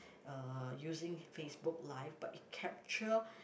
uh using Facebook live but it capture